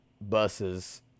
buses